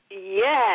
Yes